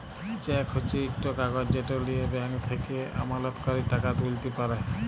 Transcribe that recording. cheque হছে ইকট কাগজ যেট লিঁয়ে ব্যাংক থ্যাকে আমলাতকারী টাকা তুইলতে পারে